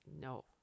no